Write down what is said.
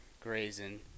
grazing